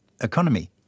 economy